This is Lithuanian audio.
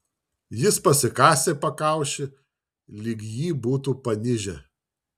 jis pasikasė pakaušį lyg jį būtų panižę